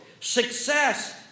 Success